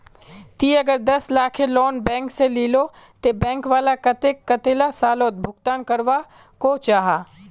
ती अगर दस लाखेर लोन बैंक से लिलो ते बैंक वाला कतेक कतेला सालोत भुगतान करवा को जाहा?